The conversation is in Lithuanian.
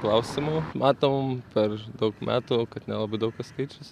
klausimu matom per daug metų kad nelabai daug kas keičias